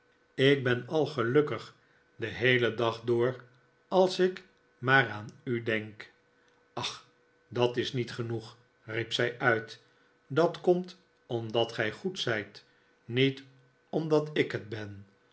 ik ben al gelukkig den heelen dag door als ik maar aan u denk ach dat is niet genoeg riep zij uit dat komt omdat gij goed zijt niet omdat ik het ben